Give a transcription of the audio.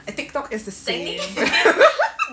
ah tiktok is the same